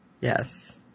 Yes